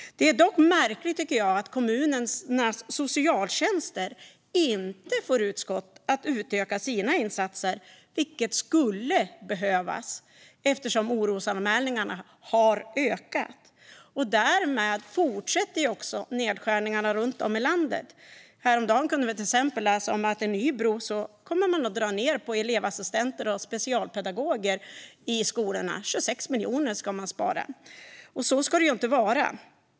Det är dock märkligt, tycker jag, att kommunernas socialtjänster inte får utöka sina insatser, vilket skulle behövas, eftersom orosanmälningarna har ökat. Nedskärningarna fortsätter runt om i landet. Häromdagen kunde vi till exempel läsa att man i Nybro kommer att dra ned på elevassistenter och specialpedagoger i skolorna. 26 miljoner ska man spara. Så ska det inte vara.